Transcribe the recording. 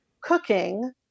cooking